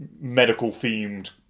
medical-themed